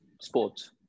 sports